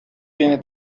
viene